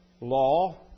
law